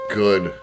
good